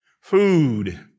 Food